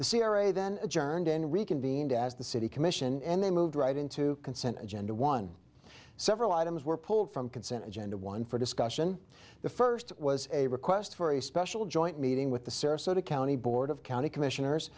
as the city commission and then moved right into consent agenda one several items were pulled from consent agenda one for discussion the first was a request for a special joint meeting with the sarasota county board of county commissioners